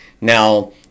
Now